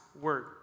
word